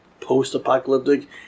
post-apocalyptic